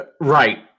Right